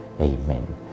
Amen